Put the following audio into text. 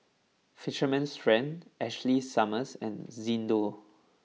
fisherman's friend Ashley Summers and Xndo